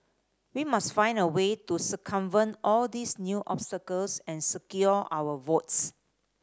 we must find a way to circumvent all these new obstacles and secure our votes